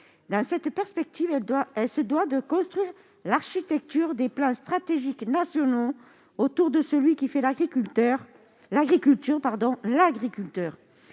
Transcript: Dans cette perspective, elle se doit de construire l'architecture des PSN autour de celui qui fait l'agriculture : l'agriculteur.